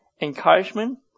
encouragement